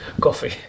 Coffee